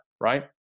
right